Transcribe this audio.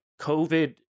covid